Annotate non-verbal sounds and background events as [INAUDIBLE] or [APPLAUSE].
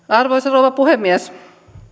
[UNINTELLIGIBLE] arvoisa rouva puhemies